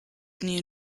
knew